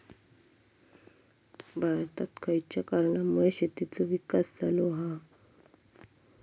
भारतात खयच्या कारणांमुळे शेतीचो विकास झालो हा?